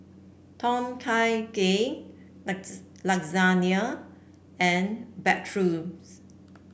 Tom Kha Gai Lasagne and Bratwurst